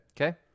Okay